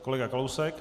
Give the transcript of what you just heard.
Kolega Kalousek.